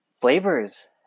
flavors